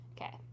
Okay